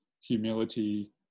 humility